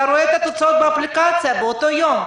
אתה רואה את התוצאות באפליקציה באותו יום.